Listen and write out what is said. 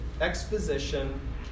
exposition